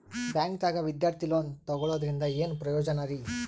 ಬ್ಯಾಂಕ್ದಾಗ ವಿದ್ಯಾರ್ಥಿ ಲೋನ್ ತೊಗೊಳದ್ರಿಂದ ಏನ್ ಪ್ರಯೋಜನ ರಿ?